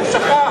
הוא שכח.